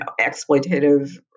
exploitative